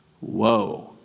Whoa